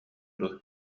дуо